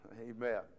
amen